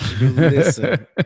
Listen